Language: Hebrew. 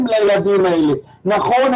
נכון,